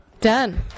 Done